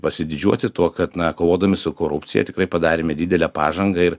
pasididžiuoti tuo kad na kovodami su korupcija tikrai padarėme didelę pažangą ir